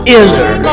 iller